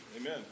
Amen